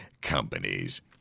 companies